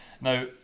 Now